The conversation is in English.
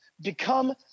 become